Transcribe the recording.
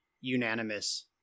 unanimous